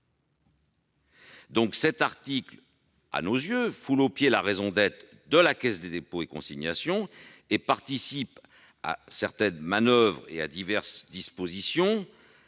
nous, cet article foule aux pieds la raison d'être de la Caisse des dépôts et consignations et participe à certaines manoeuvres et à diverses dispositions,